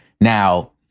Now